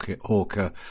Hawker